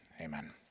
amen